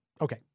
Okay